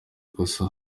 ikosa